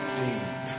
deep